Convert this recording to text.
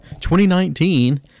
2019